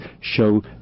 show